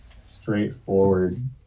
straightforward